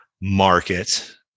market